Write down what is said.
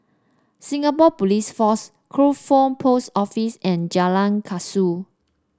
Singapore Police Force Crawford Post Office and Jalan Kasau